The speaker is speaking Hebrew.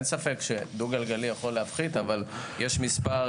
אין ספק שדו גלגלי יכול להפחית אבל יש מספר